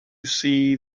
see